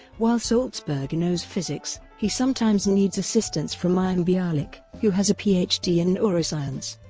while saltzberg knows physics, he sometimes needs assistance from mayim bialik, who has a ph d. in neuroscience.